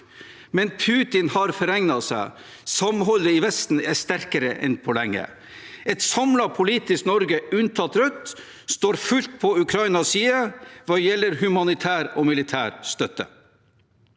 Men Putin har forregnet seg, samholdet i Vesten er sterkere enn på lenge. Et samlet politisk Norge, unntatt Rødt, står fullt på Ukrainas side når det gjelder humanitær og militær støtte.